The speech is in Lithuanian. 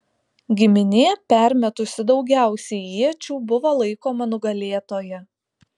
giminė permetusi daugiausiai iečių buvo laikoma nugalėtoja